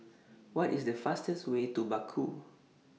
What IS The fastest Way to Baku